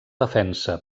defensa